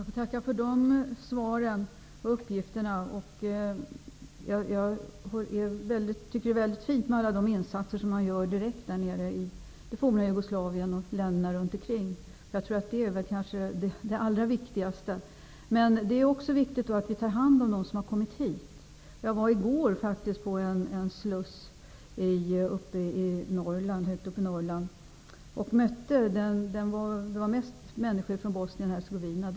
Fru talman! Jag får tacka för de uppgifterna. Jag tycker att det är väldigt fint att man genomför alla dessa insatser nere i det forna Jugoslavien och i länderna runt omkring. Det är kanske det allra viktigaste, men det är också viktigt att vi tar hand om dem som har kommit hit. Jag var i går på en sluss högt uppe i Norrland, där de flesta av flyktingarna kom från Bosnien Hercegovina.